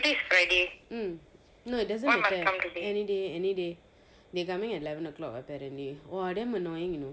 mm no it doesn't any day any day they coming at eleven o'clock apparently !wah! damn annoying you know